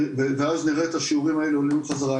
ואז נראה את השיעורים האלה עולים חזרה.